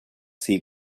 sea